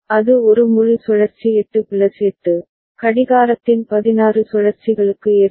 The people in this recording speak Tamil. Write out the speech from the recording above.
அது ஒரு முழு சுழற்சி 8 பிளஸ் 8 கடிகாரத்தின் 16 சுழற்சிகளுக்கு ஏற்படும்